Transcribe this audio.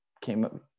came